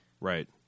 right